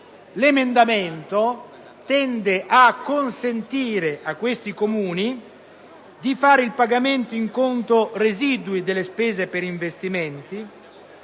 L'emendamento tende a consentire a questi Comuni di fare i pagamenti in conto residui delle spese per investimenti;